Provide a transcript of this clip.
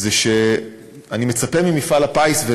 זה שאני מצפה ממפעל הפיס,